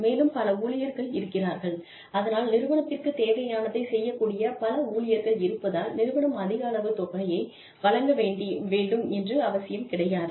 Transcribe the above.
மேலும் பல ஊழியர்கள் இருக்கிறார்கள் அதனால் நிறுவனத்திற்கு தேவையானதைச் செய்யக்கூடிய பல ஊழியர்கள் இருப்பதால் நிறுவனம் அதிக அளவு தொகையை வழங்க வேண்டும் என்று அவசியம் கிடையாது